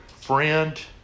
friend